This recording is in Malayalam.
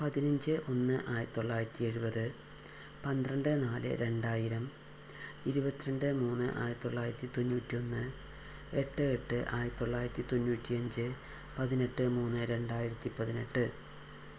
പതിനഞ്ച് ഒന്ന് ആയിരത്തിത്തൊള്ളായിരത്തിയെഴുപത് പന്ത്രണ്ട് നാല് രണ്ടായിരം ഇരുപത്തിരണ്ട് മൂന്ന് ആയിരത്തിത്തൊള്ളായിരത്തി തൊണ്ണൂറ്റൊന്ന് എട്ട് എട്ട് ആയിരത്തിത്തൊള്ളായിരത്തി തൊണ്ണൂറ്റിയഞ്ച് പതിനെട്ട് മൂന്ന് രണ്ടായിരത്തിപ്പതിനെട്ട്